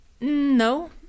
no